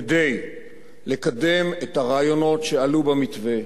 כדי לקדם את הרעיונות שעלו במתווה.